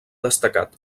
destacat